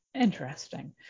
Interesting